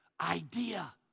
idea